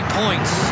points